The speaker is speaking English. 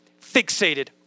fixated